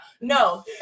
no